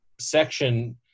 section